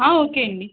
ఓకేండి